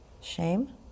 Shame